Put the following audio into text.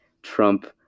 Trump